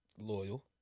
loyal